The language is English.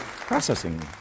processing